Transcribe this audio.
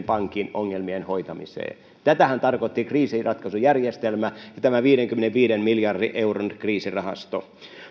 pankin ongelmien hoitamiseen tätähän tarkoitti kriisinratkaisujärjestelmä ja tämä viidenkymmenenviiden miljardin euron kriisirahasto